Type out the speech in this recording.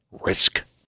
risk